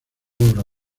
obra